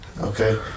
Okay